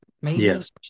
Yes